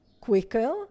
quicker